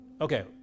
Okay